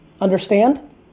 Understand